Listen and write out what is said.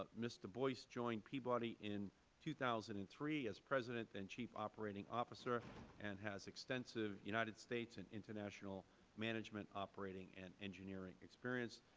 ah mr. boyce joined peabody in two thousand and three as president and chief operating officer and has extensive united states and international management operating and engineering experience.